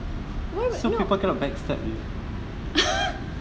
why would no